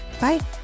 Bye